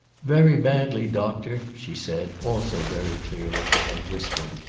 very badly, doctor, she said, also very clearly, and whispered,